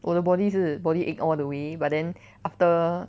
我的 body 是 body ache all the way but then after